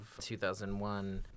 2001